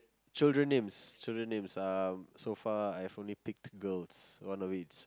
children names children names um so far I've only picked girls one of it's